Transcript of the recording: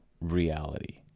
reality